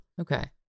Okay